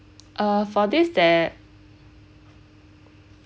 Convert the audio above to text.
uh for this there